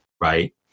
Right